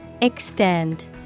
extend